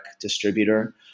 distributor